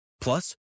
Plus